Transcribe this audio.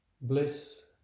bliss